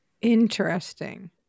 Interesting